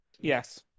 Yes